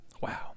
Wow